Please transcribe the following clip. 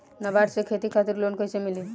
नाबार्ड से खेती खातिर लोन कइसे मिली?